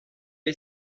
est